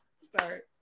start